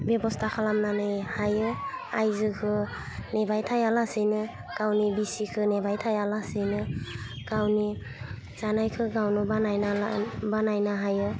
बेब'स्था खालामनानै हायो आइजोखो नेबाय थाया लासेनो गावनि बिसिखो नेबाय थाया लासेनो गावनि जानायखो गावनो बानायना ला बानायनो हायो